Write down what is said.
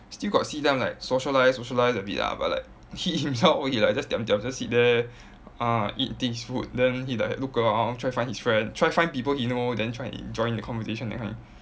still got see them like socialise socialise a bit ah but like he himself he like just diam-diam just sit there ah eat this food then he like look around try find his friend try find people he know then try and join in the conversation that kind